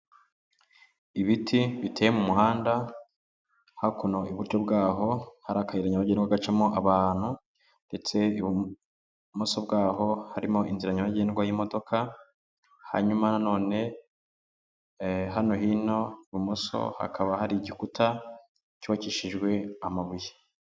Ibiti biteye mu muhanda hakuno iburyo bwaho hari akayira nyabagendwa gacamo abantu ndetse ibumoso bwaho harimo inzira nyabagendwa y'imodoka, hanyuma na none hano hino ibumoso hakaba hari igikuta cyubakishejwe amabuye.